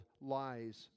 lies